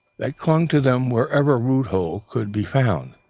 that clung to them wherever root hold could be found,